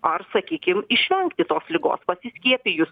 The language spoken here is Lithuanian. ar sakykim išvengti tos ligos pasiskiepijus